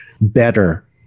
better